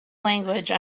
language